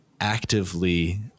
actively